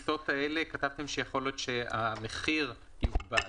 כתבתם שלגבי הטיסות האלה מחיר יוגבל.